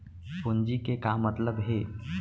पूंजी के का मतलब हे?